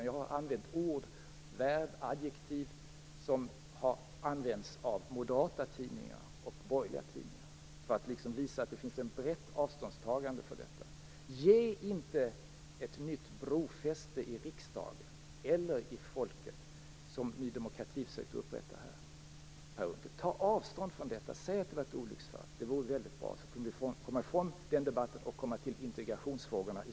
Jag har använt ord, verb, adjektiv, som har använts av moderata och borgerliga tidningar - för att visa att det finns ett brett avståndstagande. Skapa inte ett nytt brofäste i riksdagen eller hos folket, Per Unckel, som Ny demokrati försökte upprätta. Ta avstånd från detta. Säg att det var ett olycksfall. Det vore bra. Då kan vi komma ifrån den debatten och komma fram till de viktiga integrationsfrågorna.